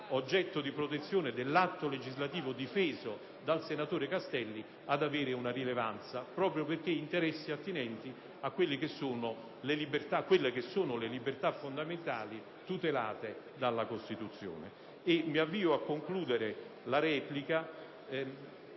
oggetto di protezione dell'atto legislativo difeso dal senatore Castelli ad avere una rilevanza, proprio perché interessi attinenti alle libertà fondamentali tutelate dalla Costituzione. Mi avvio a concludere la replica,